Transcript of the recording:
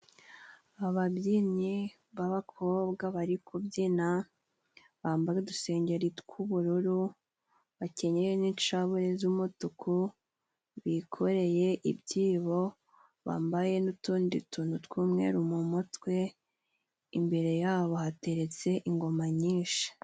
Ababyinnyi b'abakobwa bari kubyina bambaye udusengeri tw'ubururu， bakenyeye n'incabure z'umutuku， bikoreye ibyibo，bambaye n'utundi tuntu tw'umweru， mu mutwe imbere yabo hateretse ingoma nyinshi.